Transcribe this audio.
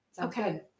Okay